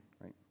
right